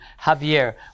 Javier